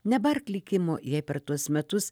nebark likimo jei per tuos metus